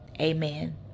amen